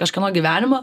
kažkieno gyvenimą